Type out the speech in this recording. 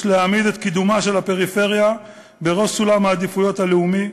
יש להעמיד את קידומה של הפריפריה בראש סולם העדיפויות הלאומי.